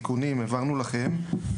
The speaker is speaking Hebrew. מציעים,